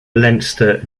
leinster